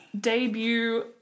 debut